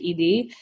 ED